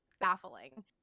baffling